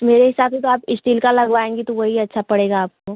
मेरे हिसाब से तो आप इस्टील का लगवाएंगी तो वही अच्छा पड़ेगा आपको